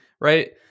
right